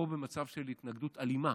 פה, במצב של התנגדות אלימה